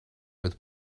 with